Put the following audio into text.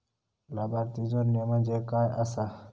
लाभार्थी जोडणे म्हणजे काय आसा?